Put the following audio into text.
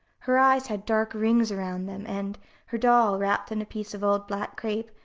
her eyes had dark rings around them, and her doll, wrapped in a piece of old black crape,